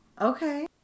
Okay